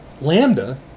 Lambda